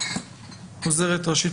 עוזרת ראשית,